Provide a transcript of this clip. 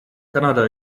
canada